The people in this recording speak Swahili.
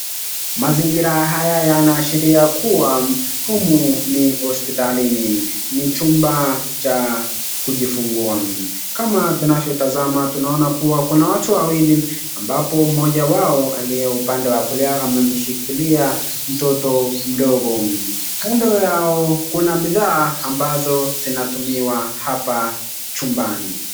Mazingira haya yanaashiria kuwa humu ni hosoitalini, chumba cha kujifungua. Kama tunavyotazama tunaona kuwa kuna watu wawili ambapo mmoja wao aliye upande wa kushoto amemshikilia mtoto. Kando yao kuna bidhaa ambazo zinatumika hapa chumbani.